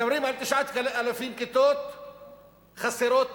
מדברים על 9,000 כיתות שחסרות